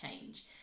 change